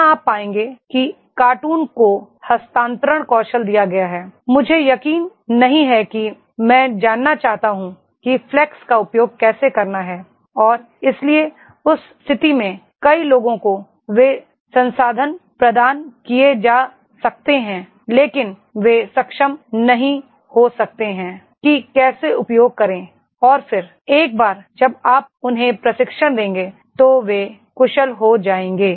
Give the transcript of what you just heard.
यहाँ आप पाएंगे कि का र्टून को हस्तांतरण कौशल दिया गया है मुझे यकीन नहीं है कि मैं जानना चाहता हूं कि फैक्स का उपयोग कैसे करना है और इसलिए उस स्थिति में कई लोगों को वे संसाधन प्रदान किए जा सकते हैं लेकिन वे सक्षम नहीं हो सकते हैं कि कैसे उपयोग करें और फिर एक बार जब आप उन्हें प्रशिक्षण देंगे तो वे कुशल हो जाएंगे